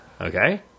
Okay